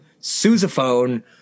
sousaphone